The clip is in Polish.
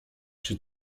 czy